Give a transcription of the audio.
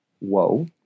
Whoa